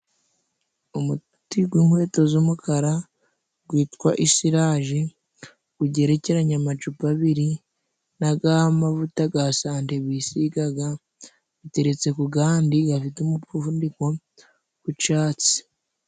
Umuti gw'inkweto z'umukara gwitwa isiraje, bugerekeranye amacupa abiri n'agamavuta ga sante bisigaga, gateretse ku gandi gafte umufundiko gw'icatsi.